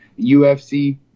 UFC